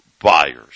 buyers